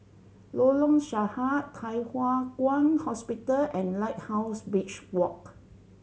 Lorong Sarhad Thye Hua Kwan Hospital and Lighthouse Beach Walk